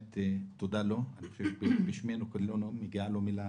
תודה לו, בשמנו כולם מגיעה לו מילה